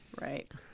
right